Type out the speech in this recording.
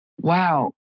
wow